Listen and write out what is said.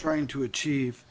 trying to achieve